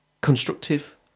constructive